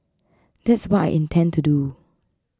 that's what I intend to do